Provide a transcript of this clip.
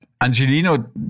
Angelino